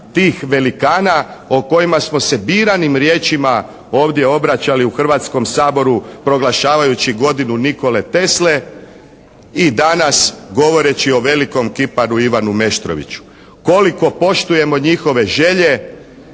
tih velikana o kojima smo se biranim riječima ovdje obraćali u Hrvatskom saboru proglašavajući godinu Nikole Tesle i danas govoreći o velikom kiparu Ivanu Meštroviću. Koliko poštujemo njihove želje